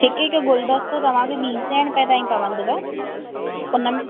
हिकु हिकु गुलदस्तो तव्हांखे ॿीं सै रुपए ताईं पवंदव हुन में